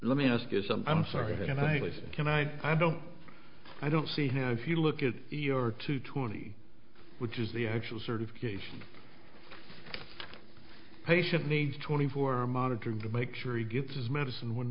let me ask you some i'm sorry can i i don't i don't see how if you look at your two twenty which is the actual certification patient needs twenty four hour monitoring to make sure he gets his medicine when